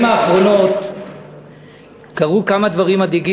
אדוני יעלה.